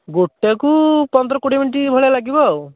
ଗୋଟାକୁ ପନ୍ଦର କୋଡ଼ିଏ ମିନିଟ୍ ଭଳିଆ ଲାଗିବ ଆଉ